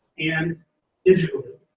and digitally.